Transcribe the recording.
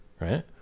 right